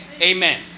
Amen